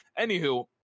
Anywho